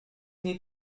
need